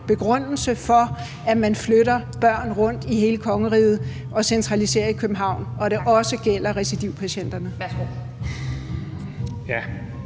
begrundelse for, at man flytter børn rundt i hele kongeriget og centraliserer behandlingen i København, og at det også gælder recidivpatienterne. Kl.